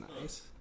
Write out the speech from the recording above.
nice